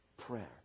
prayer